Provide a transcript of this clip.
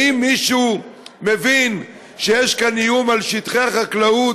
האם מישהו מבין שיש כאן איום על שטחי החקלאות,